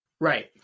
Right